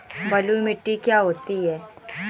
बलुइ मिट्टी क्या होती हैं?